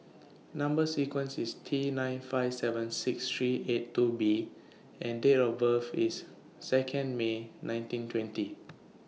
Number sequence IS T nine five seven six three eight two B and Date of birth IS Second May nineteen twenty